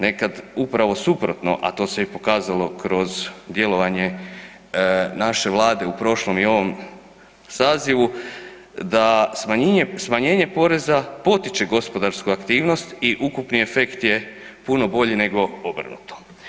Nekad upravo suprotno, a to se i pokazalo kroz djelovanje naše Vlade u prošlom i ovom sazivu da smanjenje poreza potiče gospodarsku aktivnost i ukupni efekt je puno bolji nego obrnuto.